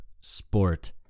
sport